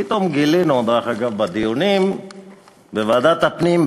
פתאום גילינו בדיונים בוועדת הפנים,